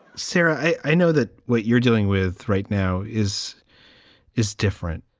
sarah i know that what you're dealing with right now is is different.